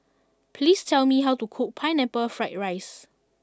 please tell me how to cook Pineapple Fried Rice